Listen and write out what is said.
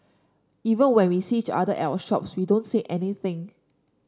even when we see each other at our shops we don't say anything